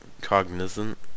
cognizant